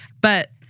But-